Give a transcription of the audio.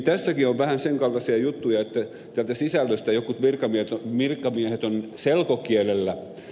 tässäkin on vähän sen kaltaisia juttuja että täältä sisällöstä jotkut virkamiehet ovat selkokielellä